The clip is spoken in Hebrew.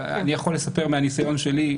אבל אני יכול לספר מהניסיון שלי,